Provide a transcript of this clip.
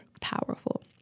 powerful